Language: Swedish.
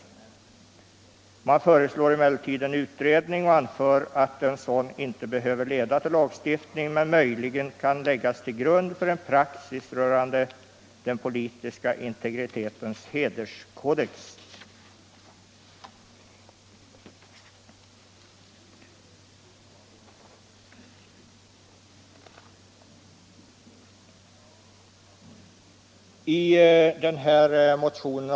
Man föreslår emellertid en utredning och anför att en sådan inte behöver leda till lagstiftning men möjligen kan läggas till grund för ”en praxis rörande den politiska integritetens hederskoder”.